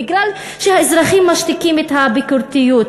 בגלל שהאזרחים משתיקים את הביקורתיות,